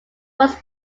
was